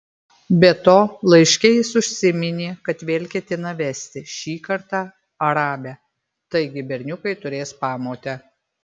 be to laiške jis užsiminė kad vėl ketina vesti šį kartą arabę taigi berniukai turės pamotę